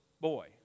boy